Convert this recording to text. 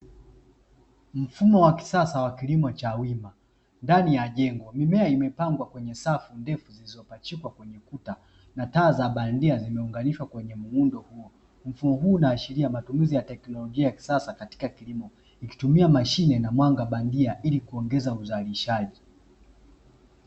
Mfumo wa kisasa wa kilimo cha wima ndani ya jengo, mimea imepangwa kwenye safu ndefu zilizopachikwa kwenye kuta na taa za bandia zimeunganishwa kwenye muundo huo, mfumo huu unaashiria matumizi ya teknolojia ya kisasa katika kilimo kwa kutumia mashine na mwanga bandia ili kuongeza uzalishaji.